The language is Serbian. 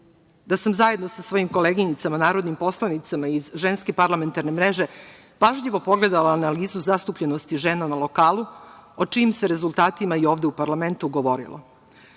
da sam, zajedno sa svojim koleginicama narodnim poslanicama iz Ženske parlamentarne mreže, pažljivo pogledala analizu zastupljenosti žena na lokalu, o čijim se rezultatima i ovde u parlamentu govorilo.